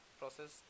process